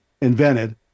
invented